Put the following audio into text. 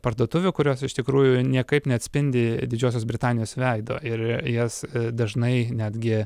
parduotuvių kurios iš tikrųjų niekaip neatspindi didžiosios britanijos veido ir jas dažnai netgi